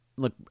Look